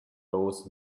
blows